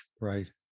Right